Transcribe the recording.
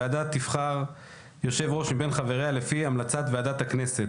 הוועדה תבחר יושב-ראש מבין חבריה לפי המלצת ועדת הכנסת.